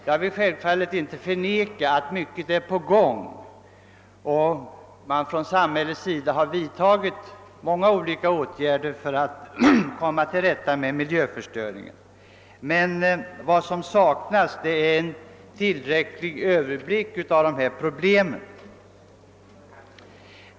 Jag vill självfallet inte förneka att mycket är på gång och att samhället har vidtagit många åtgärder för att komma till rätta med miljöförstöringen, men vad som saknas är tillräcklig överblick över problemen.